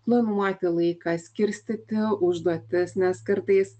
planuoti laiką skirstyti užduotis nes kartais